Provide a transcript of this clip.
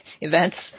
events